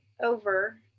Over